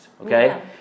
okay